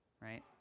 Right